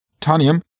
Tanium